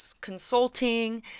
consulting